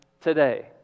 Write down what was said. today